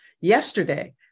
yesterday